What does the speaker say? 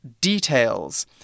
details